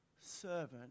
servant